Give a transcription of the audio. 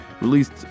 released